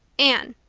anne,